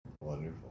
Wonderful